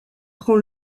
prend